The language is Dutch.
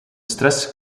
stress